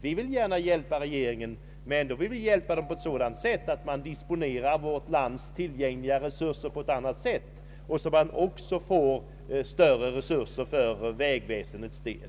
Vi vill gärna hjälpa regeringen, men på ett sådant sätt att man disponerar vårt lands tillgängliga resurser annorlunda, så att man också får större resurser för vägväsendets del.